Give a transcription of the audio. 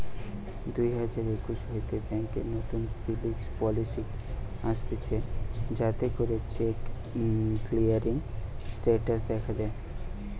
দুই হাজার একুশ হইতে ব্যাংকে নতুন পলিসি আসতিছে যাতে করে চেক ক্লিয়ারিং স্টেটাস দখা যায়